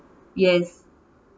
yes